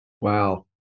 Wow